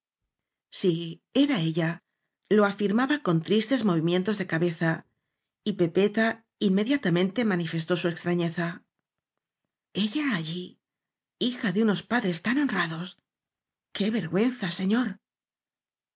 ella era lo afirmaba con tristes movi mientos de cabeza y pepeta inmediatamente manifestó su estrañeza ella allí hija de unos padres tan honrados que vergüenza señor